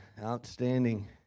Outstanding